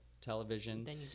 television